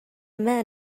men